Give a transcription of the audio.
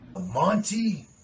Monty